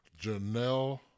Janelle